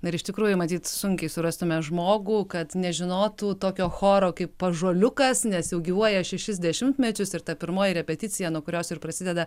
na ir iš tikrųjų matyt sunkiai surastume žmogų kad nežinotų tokio choro kaip ąžuoliukas nes jau gyvuoja šešis dešimtmečius ir ta pirmoji repeticija nuo kurios ir prasideda